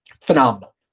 Phenomenal